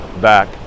back